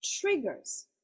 triggers